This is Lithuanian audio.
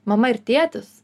mama ir tėtis